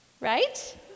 right